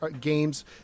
games